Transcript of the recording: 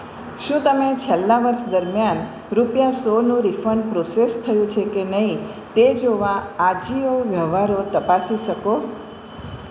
શું તમે છેલ્લા વર્ષ દરમિયાન રૂપિયા સોનું રીફંડ પ્રોસેસ થયું છે કે નહીં તે જોવા આજીઓ વ્યવહારો તપાસી શકો